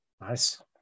Nice